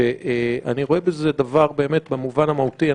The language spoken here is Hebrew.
שאני רואה בזה דבר באמת במובן המהותי,